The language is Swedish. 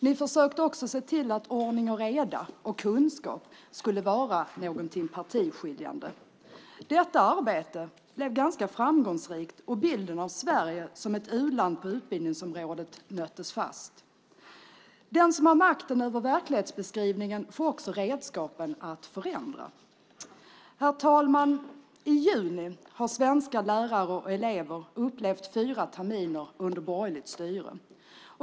Ni försökte också se till att ordning och reda och kunskap skulle vara något partiskiljande. Detta arbete blev ganska framgångsrikt, och bilden av Sverige som ett u-land på utbildningsområdet nöttes in. Den som har makten över verklighetsbeskrivningen får också redskapen att förändra. Herr talman! I juni har svenska lärare och elever upplevt fyra terminer under borgerligt styre.